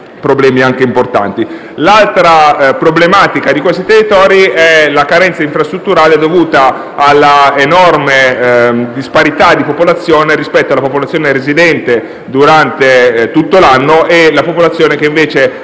problemi anche importanti. L'altra problematica di questi territori è la carenza infrastrutturale dovuta all'enorme disparità tra la popolazione residente durante tutto l'anno e la popolazione che invece